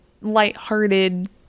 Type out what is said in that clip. lighthearted